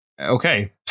Okay